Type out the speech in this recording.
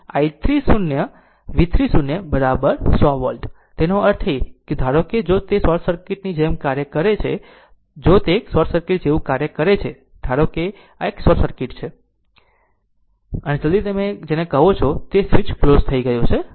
તેથી તેથી i 3 0 V 3 0 100 volt તેનો અર્થ ધારો કે જો તે શોર્ટ સર્કિટ ની જેમ કાર્ય કરે છે જો તે કોઈ શોર્ટ સર્કિટ જેવું કાર્ય છે ધારો કે આ એક શોર્ટ સર્કિટ છે અને જલદી તમે જેને કહો છો તે સ્વીચ ક્લોઝ થઈ ગયું છે